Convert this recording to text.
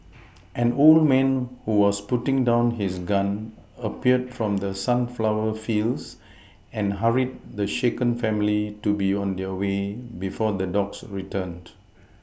an old man who was putting down his gun appeared from the sunflower fields and hurried the shaken family to be on their way before the dogs returned